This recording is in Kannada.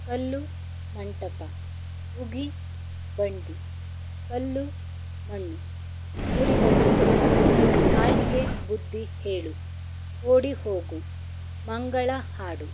ಕಲ್ಲುಮಂಟಪ ಉಗಿಬಂಡಿ ಕಲ್ಲು ಮಣ್ಣು ನುಡಿಗಟ್ಟುಗಳು ಕಾಲಿಗೆ ಬುದ್ಧಿ ಹೇಳು ಓಡಿ ಹೋಗು ಮಂಗಳ ಹಾಡು